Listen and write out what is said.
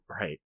Right